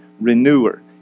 renewer